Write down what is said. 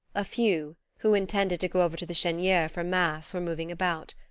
a few, who intended to go over to the cheniere for mass, were moving about.